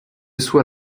soit